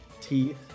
teeth